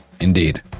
Indeed